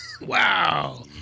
Wow